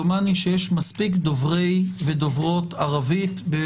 דומני שיש מספיק דוברי ודוברות ערבית.